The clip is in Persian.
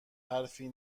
حرفی